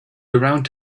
around